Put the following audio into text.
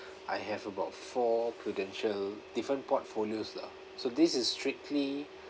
I have about four Prudential different portfolios lah so this is strictly